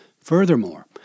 Furthermore